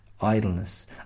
idleness